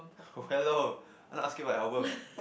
hello I'm not asking about album